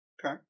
Okay